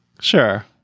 Sure